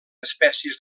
espècies